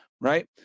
right